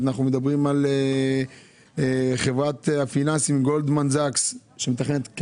מדברים על חברת הפיננסים גולדמן-זקס שמתכננת לפטר